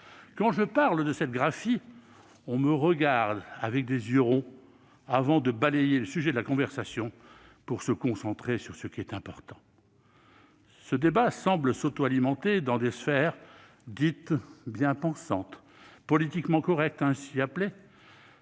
Quand je parle de cette graphie, on me regarde avec des yeux ronds, avant de balayer le sujet de la conversation pour se concentrer sur ce qui est important. Ce débat semble s'autoalimenter dans des sphères dites « bien-pensantes », politiquement correctes, aussi appelées,